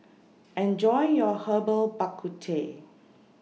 Enjoy your Herbal Bak Ku Teh